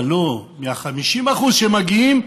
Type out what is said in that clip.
אבל לא: מה-50% שמגיעים,